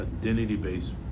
identity-based